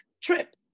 trip